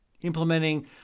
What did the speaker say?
implementing